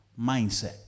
Mindset